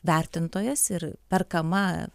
vertintojas ir perkama